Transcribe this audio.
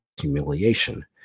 humiliation